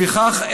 לפיכך,